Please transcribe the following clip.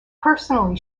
personally